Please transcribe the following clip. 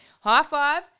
high-five